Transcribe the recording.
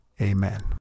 Amen